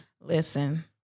Listen